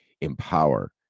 empower